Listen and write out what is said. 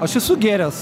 aš esu gėręs